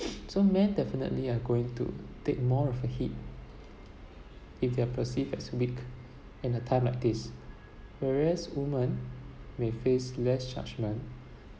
so men definitely are going to take more of the heat if they're perceived as weak at a time like this whereas women may face less judgment